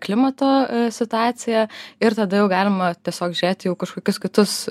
klimato situaciją ir tada jau galima tiesiog žiūrėt jau kažkokius kitus